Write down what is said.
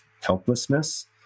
helplessness